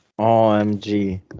OMG